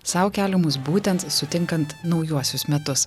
sau keliamus būtent sutinkant naujuosius metus